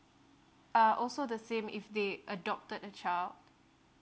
uh also the same if they adopted a child